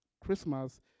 Christmas